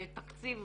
בתקציב,